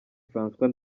francois